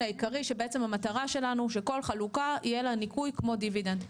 העיקרי כשבעצם המטרה שלנו שלכל חלוקה יהיה ניכוי כמו דיבידנד.